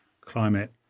climate